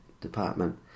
department